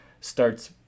starts